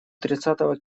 тридцатого